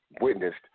witnessed